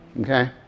okay